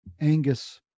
angus